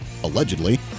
allegedly